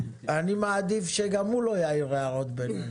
אני מעדיף שגם הוא לא יעיר הערות ביניים.